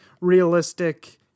realistic